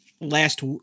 last